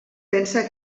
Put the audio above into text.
pensa